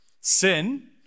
Sin